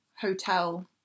hotel